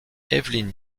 evelyn